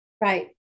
right